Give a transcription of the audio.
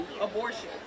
abortion